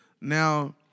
Now